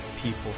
people